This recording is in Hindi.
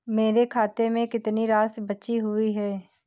मेरे खाते में कितनी राशि बची हुई है?